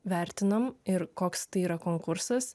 vertinam ir koks tai yra konkursas